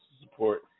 support